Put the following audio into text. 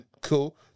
cool